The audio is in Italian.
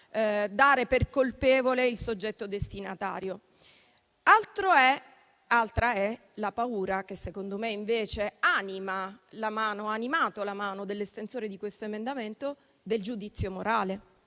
dare per colpevole il soggetto destinatario. Altra è la paura che secondo me invece ha animato la mano dell'estensore di questo emendamento: quella del giudizio morale.